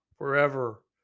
Forever